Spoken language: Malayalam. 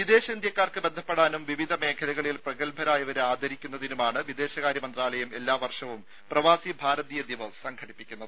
വിദേശ ഇന്ത്യക്കാർക്ക് ബന്ധപ്പെടാനും വിവിധ മേഖലകളിൽ പ്രഗത്ഭരായവരെ ആദരിക്കുന്നതിനുമാണ് വിദേശകാര്യ മന്ത്രാലയം എല്ലാ വർഷവും പ്രവാസി ഭാരതീയ ദിവസ് സംഘടിപ്പിക്കുന്നത്